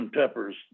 Pepper's